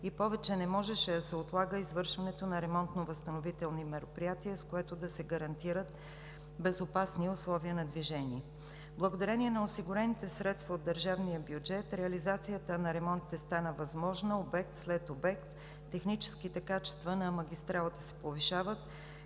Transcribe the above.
и повече не можеше да се отлага извършването на ремонтно-възстановителни мероприятия, с което да се гарантират безопасни условия на движение. Благодарение на осигурените средства от държавния бюджет, реализацията на ремонтите стана възможна – обект след обект. Техническите качества на магистралата се повишават,